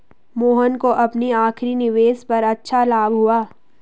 मोहन को अपनी आखिरी निवेश पर अच्छा लाभ हुआ